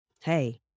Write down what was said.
hey